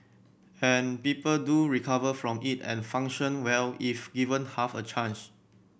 and people do recover from it and function well if given half a chance